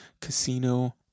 casino